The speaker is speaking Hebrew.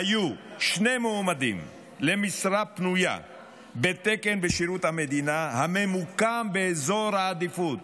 היו שני מועמדים למשרה פנויה בתקן בשירות המדינה הממוקם באזור העדיפות,